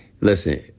Listen